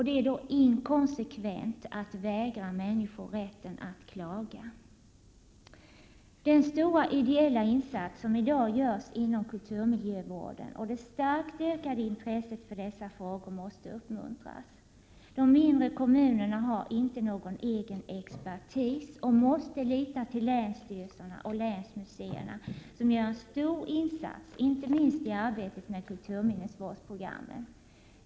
Det är då inkonsekvent att vägra människor rätten att klaga. Den stora ideella insats som i dag görs inom kulturmiljövården och det starkt ökade intresset för dessa frågor måste uppmuntras. De mindre kommunerna har inte någon egen expertis och måste lita till länsstyrelserna och länsmuseerna, som gör en stor insats, inte minst i arbetet med kulturminnesvårdsprogrammen.